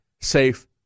safe